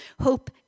hope